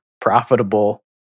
profitable